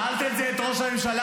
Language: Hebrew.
שאלת את זה את ראש הממשלה?